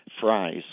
fries